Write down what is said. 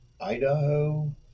Idaho